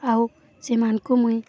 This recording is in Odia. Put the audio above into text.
ଆଉ ସେମାନଙ୍କୁ ମୁଇଁ